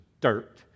dirt